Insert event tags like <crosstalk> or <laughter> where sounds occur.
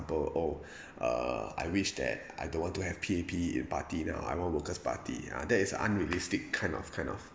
oh <breath> I wish that I don't want to have P_A_P in party and I want workers' party uh that is a unrealistic kind of kind of